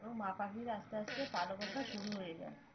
এবং মা পাখির আস্তে আস্তে পালক ওঠা শুরু হয়ে যায়